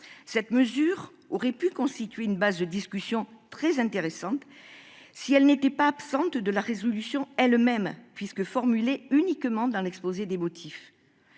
Cette mesure aurait pu constituer une base de discussion très intéressante si elle n'était pas absente de la proposition de résolution en elle-même, puisqu'elle n'est formulée que dans l'exposé des motifs